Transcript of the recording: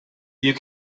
you